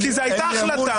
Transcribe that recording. כי זו הייתה החלטה.